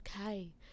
okay